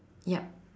yup